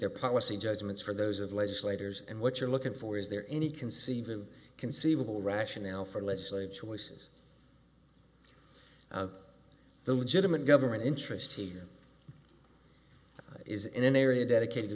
their policy judgments for those of legislators and what you're looking for is there any conceivable conceivable rationale for legislate choices the legitimate government interest here is in an area dedicated to